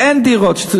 אין דירות.